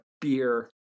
beer